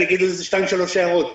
אני אגיד על זה שתיים-שלוש הערות,